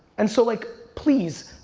and so like, please,